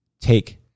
take